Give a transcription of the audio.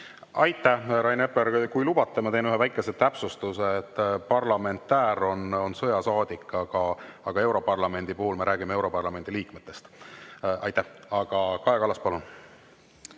Aitäh, Rain Epler! Kui lubate, ma teen ühe väikese täpsustuse: parlamentäär on sõjasaadik, aga europarlamendi puhul me räägime europarlamendi liikmetest. Aitäh! Kaja Kallas, palun!